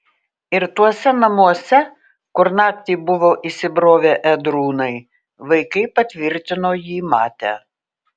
ir tuose namuose kur naktį buvo įsibrovę ėdrūnai vaikai patvirtino jį matę